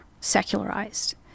secularized